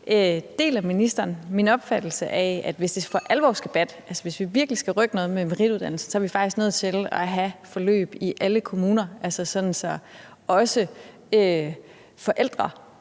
om ministeren deler min opfattelse af, at hvis det for alvor skal batte, hvis vi virkelig skal rykke noget på merituddannelsen, er vi faktisk nødt til have forløb i alle kommuner, så også forældre,